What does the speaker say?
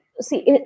see